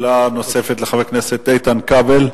שאלה נוספת לחבר הכנסת איתן כבל.